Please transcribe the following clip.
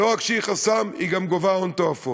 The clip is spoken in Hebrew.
לא רק שהיא חסם, היא גם גובה הון תועפות.